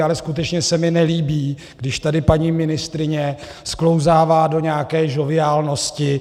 Ale skutečně se mi nelíbí, když tady paní ministryně sklouzává do nějaké žoviálnosti.